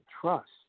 Trust